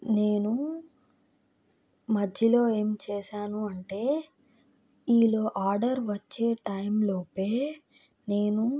నేను మధ్యలో ఏం చేశాను అంటే ఈలోపు ఆర్డర్ వచ్చే టైంలోపే నేను